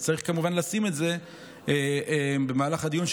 צריך לשים את זה במהלך הדיון,